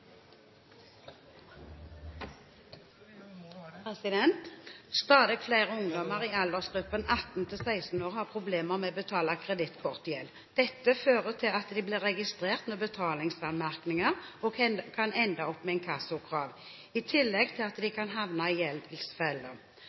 flere ungdommer i aldersgruppen 18–26 år har problemer med å betale kredittkortgjeld. Dette fører til at de blir registrert med betalingsanmerkninger og kan ende opp med inkassokrav. I tillegg til at de kan havne i